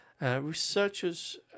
Researchers